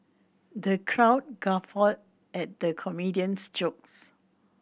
the crowd guffawed at the comedian's jokes